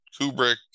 kubrick